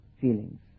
feelings